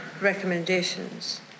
recommendations